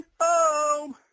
home